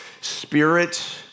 spirit